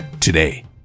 today